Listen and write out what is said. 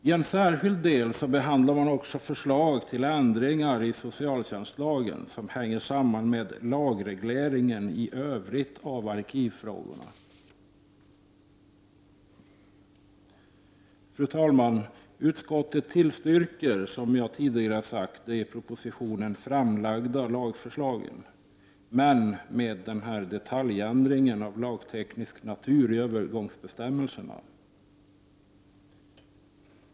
I en särskild del behandlar man förslag till ändringar i socialtjänstlagen som hänger samman med lagregleringen i övrigt av arkivfrågorna. Fru talman! Utskottet tillstyrker som jag tidigare sade de i propositionen framlagda lagförslagen, men med den nämnda detaljändringen av lagteknisk natur i övergångsbestämmelserna.